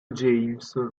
james